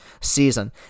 season